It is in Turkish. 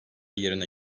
yerine